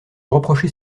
reprocher